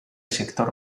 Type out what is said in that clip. sector